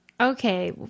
Okay